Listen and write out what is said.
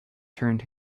turned